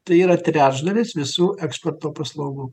tai yra trečdalis visų eksporto paslaugų